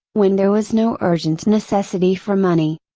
when there was no urgent necessity for money.